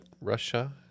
Russia